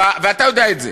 ואתה יודע את זה,